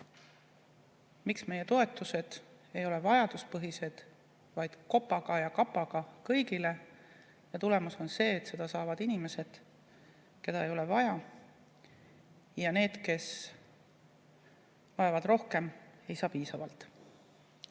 Miks meie toetused ei ole vajaduspõhised, vaid kopaga ja kapaga kõigile? Tulemus on see, et neid saavad ka inimesed, kellel ei ole vaja. Ja need, kes vajavad rohkem, ei saa piisavalt. Nii